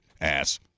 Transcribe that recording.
ass